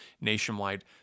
nationwide